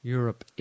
Europe